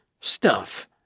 Stuff